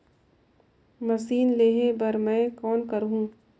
Machine लेहे बर मै कौन करहूं?